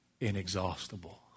inexhaustible